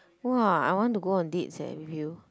!whoa! I want to go on dates eh with you